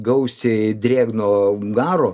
gausiai drėgno garo